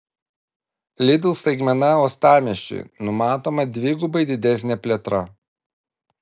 lidl staigmena uostamiesčiui numatoma dvigubai didesnė plėtra